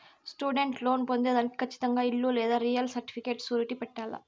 student loan పొందేదానికి కచ్చితంగా ఇల్లు లేదా రియల్ సర్టిఫికేట్ సూరిటీ పెట్టాల్ల